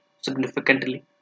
significantly